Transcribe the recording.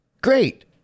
Great